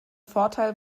vorteil